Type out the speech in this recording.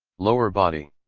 lower body.